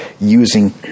using